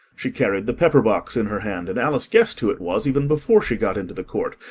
she carried the pepper-box in her hand, and alice guessed who it was, even before she got into the court,